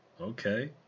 Okay